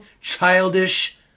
childish